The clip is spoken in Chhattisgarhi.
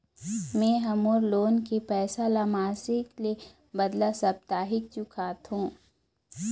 में ह मोर लोन के पैसा ला मासिक के बदला साप्ताहिक चुकाथों